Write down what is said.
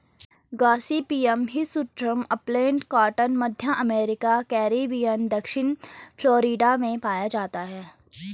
Gossypium hirsutum upland cotton, मध्य America, Caribbean और दक्षिणी फ्लोरिडा में पाया जाता है